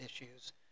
issues